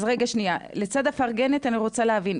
אז רגע, לצד הפרגנת, אני רוצה להבין.